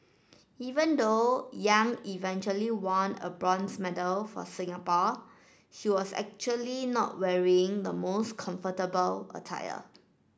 even though Yang eventually won a bronze medal for Singapore she was actually not wearing the most comfortable attire